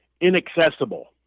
inaccessible